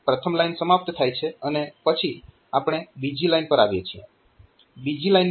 તો પ્રથમ લાઇન સમાપ્ત થાય છે અને પછી આપણે બીજી લાઇન પર આવીએ છીએ